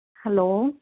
hello